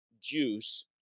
juice